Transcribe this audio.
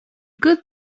good